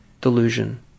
delusion